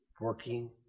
working